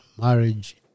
marriage